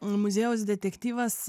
muziejaus detektyvas